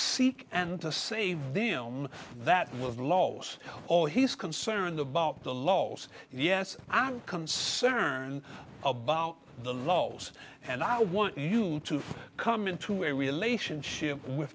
seek and to save them that was lost all he's concerned about the laws and yes i'm concerned about the laws and i want you to come into a relationship with